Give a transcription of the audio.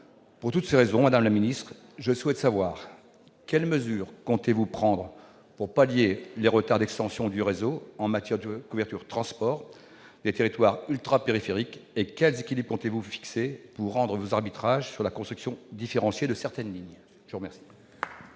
Pour toutes ces raisons, madame la ministre, je souhaite savoir quelles mesures vous comptez prendre pour pallier les retards d'extension du réseau en matière de couverture « transport » des territoires ultrapériphériques et quels équilibres vous comptez fixer pour rendre vos arbitrages sur la construction différenciée de certaines lignes. La parole